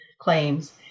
claims